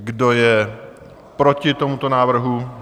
Kdo je proti tomuto návrhu?